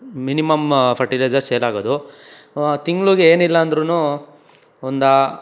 minimum fertiliser sale ಆಗೋದು ತಿಂಗಳಿಗೆ ಏನಿಲ್ಲ ಅಂದ್ರೂ ಒಂದಾ